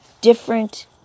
different